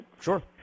Sure